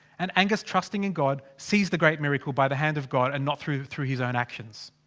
and angus, trusting in god. sees the great miracle by the hand of god, and not through through his own actions.